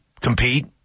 compete